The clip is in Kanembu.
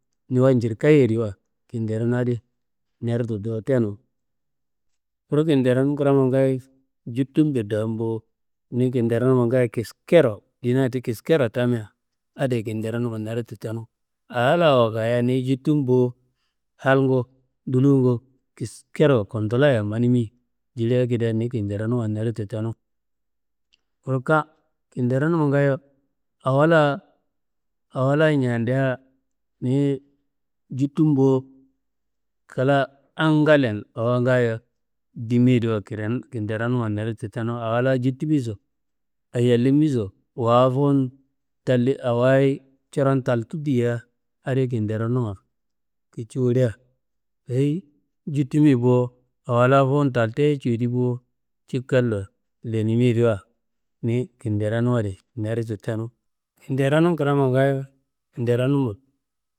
Niwa njirkayiyediwa kinderom adi neditu do tenu. Kuru kinderonum kramma ngaayo, jutumbe ndaam bo, ni kinderonuma ngaayo kiskero ndina ti kiskero tamia adiye kinderonuma naditu tenu, aa la wakayiya ni jutum bo, halngu dulungu kiskero kunduloya manimi, jili akedia ni kinderonuma naditu tenu. kinderonuma ngaayo, awo layi ñandia niyi jutum bo kla angalliyen awo ngaayo dimiyediwa kinderonuma neditu tenu, awo la jutimiso, ayellimiso awoyi coron taltu dia, kinderonuma kici wolia. Dayi jutumiye bo, awo la fuwun taltuye cudi bo, cikalo lenimiyediwa ni kinderonuma adi neditu tenu, kinderonum krama ngaayo kinderonuma.